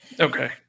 Okay